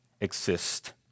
exist